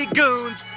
goons